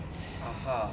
(uh huh)